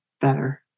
better